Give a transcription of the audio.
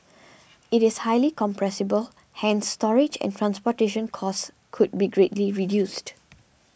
it is highly compressible hence storage and transportation costs could be greatly reduced